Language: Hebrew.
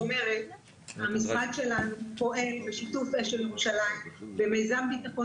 המשרד שלנו פועל בשיתוף אשל ירושלים ומיזם ביטחון